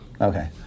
Okay